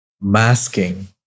masking